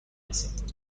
رسیم